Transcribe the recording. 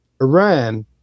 Iran